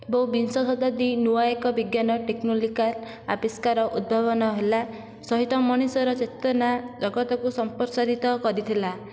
ଏବଂ ବିଂଶ ଶତାବ୍ଦୀ ନୂଆ ଏକ ବିଜ୍ଞାନ ଟେକ୍ନୋଲିକାଲ ଆବିଷ୍କାର ଉଦ୍ଭାବନ ହେଲା ସହିତ ମଣିଷର ଚେତନା ଜଗତକୁ ସମ୍ପ୍ରସାରିତ କରିଥିଲା